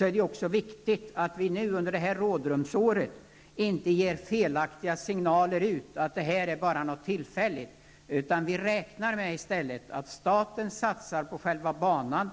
är det viktigt att vi under detta rådrumsår inte ger felaktiga signaler, att detta bara är något tillfälligt. Vi räknar med att staten satsar på själva banan.